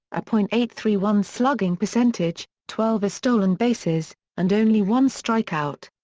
a point eight three one slugging percentage, twelve stolen bases, and only one strikeout.